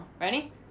ready